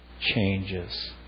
changes